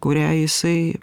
kurią jisai